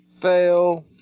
Fail